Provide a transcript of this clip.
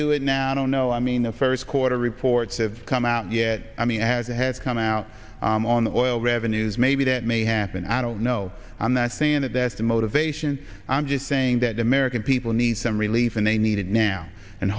do it now i don't know i mean the first quarter reports of come out yet i mean as it has come out on the oil revenues maybe that may happen and no i'm not saying that that's the motivation i'm just saying that the american people need some relief and they need it now and